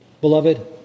Beloved